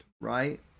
right